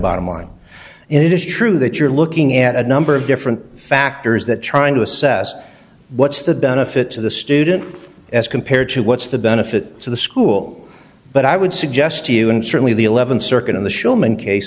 bottom line it is true that you're looking at a number of different factors that trying to assess what's the benefit to the student as compared to what's the benefit to the school but i would suggest to you and certainly the eleventh circuit in the showmen case